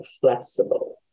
flexible